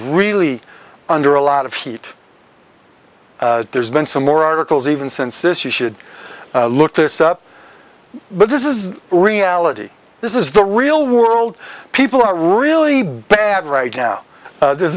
really under a lot of heat there's been some more articles even since this you should look this up but this is reality this is the real world people are really bad